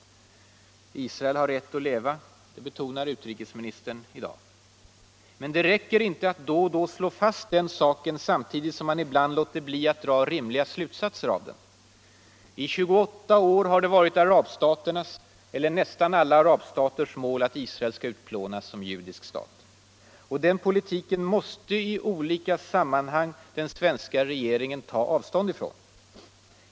Israel har rätt att leva — det betonar utrikesministern i dag. Men det räcker inte att då och då slå fast den saken samtidigt som man ibland låter bli att dra rimliga slutsatser av den. 128 år har det varit arabstaternas, eller nästan alla arabstaters, mål att Israel skall utplånas som judisk stat. Den politiken måste den svenska regeringen i olika sammanhang ta avstånd från.